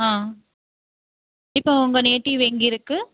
ஆ இப்போ உங்கள் நேட்டிவ் எங்கேருக்கு